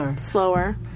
slower